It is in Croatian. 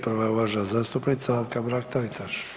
Prva je uvažena zastupnica Anka Mrak Taritaš.